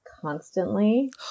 constantly